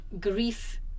grief